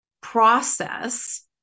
process